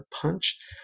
punch